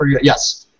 Yes